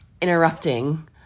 interrupting